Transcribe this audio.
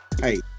hey